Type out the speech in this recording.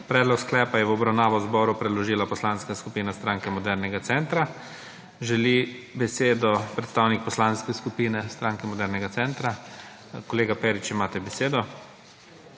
Predlog sklepa je v obravnavo zboru predložila Poslanska skupina Stranka modernega centra. Želi besedo predstavnik Poslanske skupine Stranke modernega centra? Kolega Perič, imate besedo.